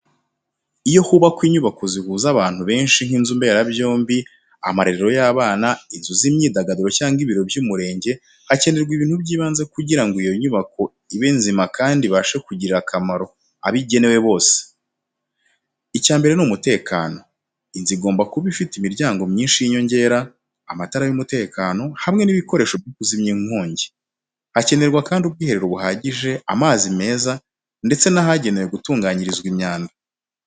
Iyo hubakwa inyubako zihuza abantu benshi nk’inzu mberabyombi, amarerero y’abana, inzu z’imyidagaduro cyangwa ibiro by’umurenge, hakenerwa ibintu by’ibanze kugira ngo iyo nyubako ibe nzima kandi ibashe kugirira akamaro abo igenewe bose. Icya mbere ni umutekano, inzu igomba kuba ifite imiryango myinshi y’inyongera, amatara y’umutekano, hamwe n’ibikoresho byo kuzimya inkongi. Hakenerwa kandi ubwiherero buhagije, amazi meza, ndetse n’ahagenewe gutunganyiriza imyanda.